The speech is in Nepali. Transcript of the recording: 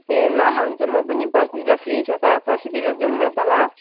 ए ल ल हुन्छ म पनि पर्सि त फ्री छु त पर्सितिर जाऔँ न त ल